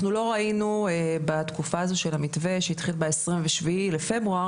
אנחנו לא ראינו בתקופה הזו של המתווה שהתחיל ב-27 לפברואר,